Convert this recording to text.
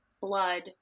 blood